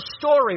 story